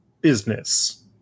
business